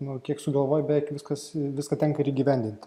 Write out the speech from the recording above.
nu kiek sugalvoji beveik viskas viską tenka ir įgyvendinti